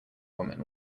woman